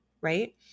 right